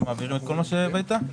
שנמצאות היום בסדר היום?